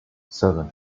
seven